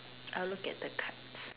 I'll look at the cards